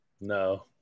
No